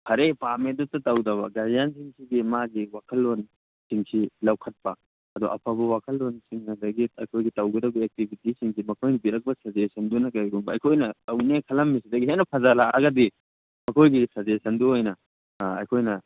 ꯐꯔꯦ ꯄꯥꯝꯃꯦꯗꯨꯗ ꯇꯧꯗꯕ ꯒꯥꯔꯖꯤꯌꯥꯟꯁꯤꯡꯁꯤꯒꯤ ꯃꯥꯒꯤ ꯋꯥꯈꯜꯂꯣꯜꯁꯤꯡꯁꯤ ꯂꯧꯈꯠꯄ ꯑꯗꯨꯒ ꯑꯐꯕ ꯋꯥꯈꯜꯂꯣꯜꯁꯤꯡ ꯑꯗꯒꯤ ꯑꯩꯈꯣꯏꯒꯤ ꯇꯧꯒꯗꯕ ꯑꯦꯛꯇꯤꯚꯤꯇꯤꯁꯤꯡꯁꯤ ꯃꯈꯣꯏꯅ ꯄꯤꯔꯛꯄ ꯁꯖꯦꯁꯟꯗꯨꯅ ꯀꯔꯤꯒꯨꯝꯕ ꯑꯩꯈꯣꯏꯅ ꯇꯧꯒꯦꯅ ꯈꯜꯂꯝꯃꯤꯗꯨꯗꯒꯤ ꯍꯦꯟꯅ ꯐꯖꯔꯛꯑꯒꯗꯤ ꯃꯈꯣꯏꯒꯤ ꯁꯖꯦꯁꯟꯗꯨ ꯑꯣꯏꯅ ꯑꯩꯈꯣꯏꯅ